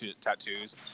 tattoos